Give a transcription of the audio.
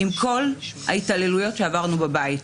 עם כל ההתעללויות שעברנו בבית.